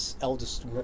eldest